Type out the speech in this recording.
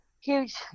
huge